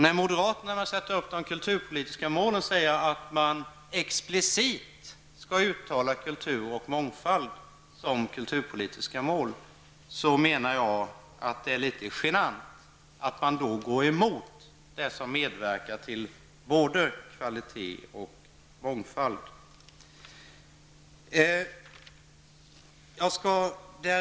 När moderaterna explicit uttalar att kvalitet och mångfald är kulturpolitiska mål, menar jag att det är litet genant att gå emot det som medverkar till både kvalitet och mångfald.